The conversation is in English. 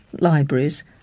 libraries